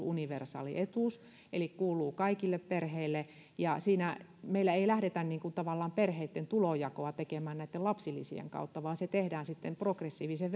universaali etuus eli kuuluu kaikille perheille ja että meillä ei lähdetä tavallaan perheitten tulonjakoa tekemään näitten lapsilisien kautta vaan se tehdään sitten progressiivisen